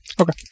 Okay